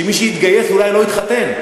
שמי שיתגייס אולי לא יתחתן.